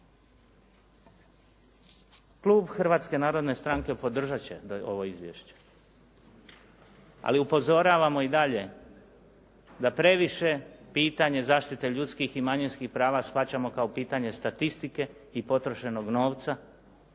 Klub Hrvatske narodne stranke podržat će ovo izvješće, ali upozoravamo i dalje da previše pitanje zaštite ljudskih i manjinskih prava shvaćamo kao pitanje statistike i potrošenog novca,